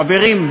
חברים,